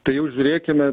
tai jau žiūrėkime